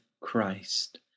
Christ